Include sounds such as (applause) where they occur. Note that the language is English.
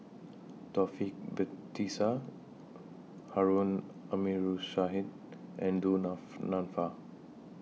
(noise) Taufik Batisah Harun (unintelligible) and Du (unintelligible) Nanfa